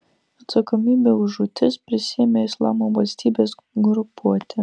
atsakomybę už žūtis prisiėmė islamo valstybės grupuotė